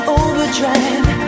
overdrive